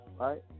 right